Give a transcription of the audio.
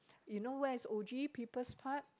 you know where is o_g People's Park